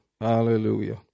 Hallelujah